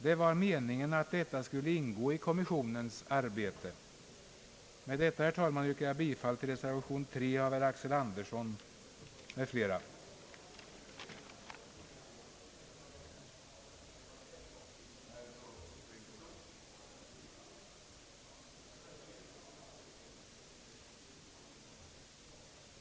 Det var meningen att detta skulle ingå i kommissionens arbete. Med detta, herr talman, yrkar jag bifall till reservationen av herr Axel Andersson m.fl.